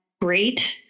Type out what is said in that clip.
great